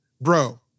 Bro